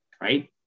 right